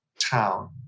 town